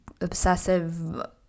obsessive